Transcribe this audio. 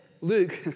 Luke